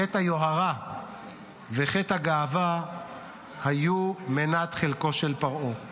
חטא היוהרה וחטא הגאווה היו מנת חלקו של פרעה.